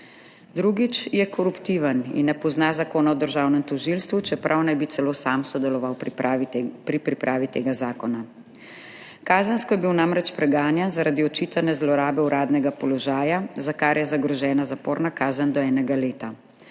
Drugič, je koruptiven in ne pozna Zakona o državnem tožilstvu, čeprav naj bi celo sam sodeloval pri pripravi tega zakona. Kazensko je bil namreč preganjan zaradi očitane zlorabe uradnega položaja, za kar je zagrožena zaporna kazen do enega leta.